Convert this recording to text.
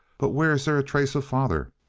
but where's there a trace of father?